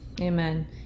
Amen